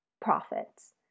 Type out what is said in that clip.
profits